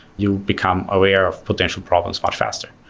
you become aware of potential problems much faster.